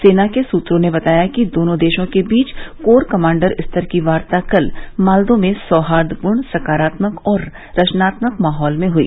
सेना के सूत्रों ने बताया कि दोनों देशों के बीच कोर कमांडर स्तर की वार्ता कल मॉल्दो में सौहार्दपूर्ण सकारात्मक और रचनात्मक माहौल में हुई